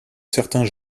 certains